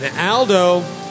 Aldo